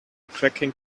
cracking